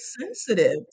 sensitive